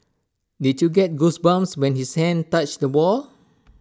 did you get goosebumps when his hand touched the wall